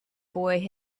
boy